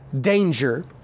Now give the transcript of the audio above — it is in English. danger